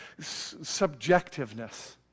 subjectiveness